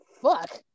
fuck